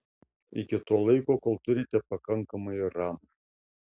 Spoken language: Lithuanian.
iki to laiko kol turite pakankamai ram